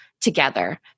Together